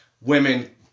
women